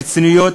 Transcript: רציניות,